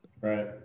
right